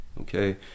okay